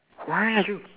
ya ya ya true